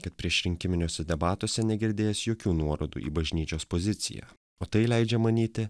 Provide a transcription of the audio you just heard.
kad priešrinkiminiuose debatuose negirdėjęs jokių nuorodų į bažnyčios poziciją o tai leidžia manyti